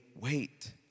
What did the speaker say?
wait